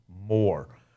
more